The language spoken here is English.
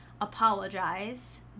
apologize